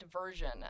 version